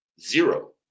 zero